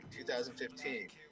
2015